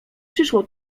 przyszło